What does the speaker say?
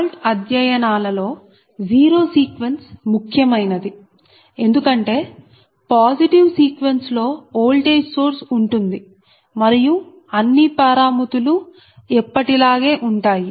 fault అధ్యయనాల లో zero sequence ముఖ్యమైనది ఎందుకంటే పాజిటివ్ సీక్వెన్స్ లో ఓల్టేజ్ సోర్స్ ఉంటుంది మరియు అన్ని పరామితులు ఎప్పటిలాగే ఉంటాయి